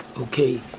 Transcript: Okay